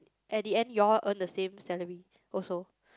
at the end you all earn the same salary also